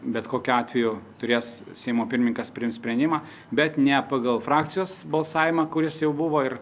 bet kokiu atveju turės seimo pirmininkas priimt sprendimą bet ne pagal frakcijos balsavimą kuris jau buvo ir